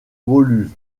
woluwe